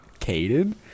Caden